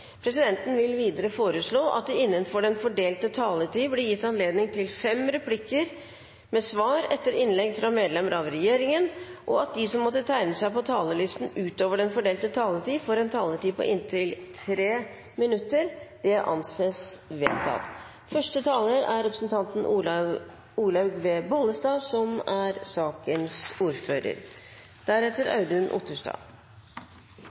presidenten foreslå at det blir gitt anledning til fem replikker med svar etter innlegg fra medlemmer av regjeringen innenfor den fordelte taletid, og at de som måtte tegne seg på talerlisten utover den fordelte taletid, får en taletid på inntil 3 minutter. – Det anses vedtatt. Første taler er representanten Ulf Leirstein, som